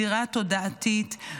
זירה תודעתית.